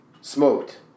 smoked